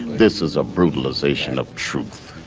this is a brutalization of truth.